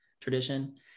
tradition